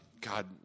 God